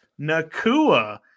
Nakua